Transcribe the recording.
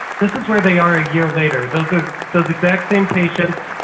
this is where they are a year later. those ah those exact same patients,